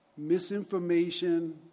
Misinformation